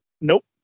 Nope